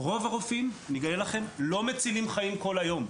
אני אגלה לכם שרוב הרופאים לא מצילים חיים כל היום,